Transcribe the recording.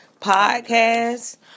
Podcast